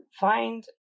find